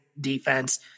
defense